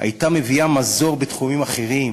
הייתה מביאה מזור בתחומים אחרים,